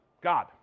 god